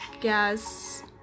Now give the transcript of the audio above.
guess